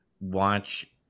watch